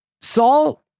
Saul